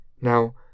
Now